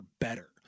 better